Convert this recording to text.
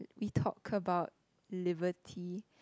we talk about liberty